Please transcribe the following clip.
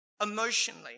emotionally